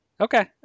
Okay